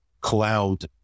cloud